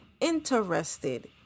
interested